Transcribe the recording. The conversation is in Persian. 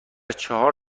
چهار